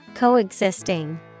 Coexisting